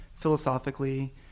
Philosophically